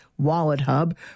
WalletHub